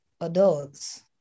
adults